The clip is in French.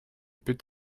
peut